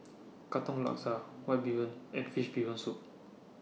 Katong Laksa White Bee Hoon and Fish Bee Hoon Soup